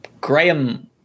Graham